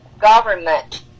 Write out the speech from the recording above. government